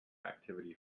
activity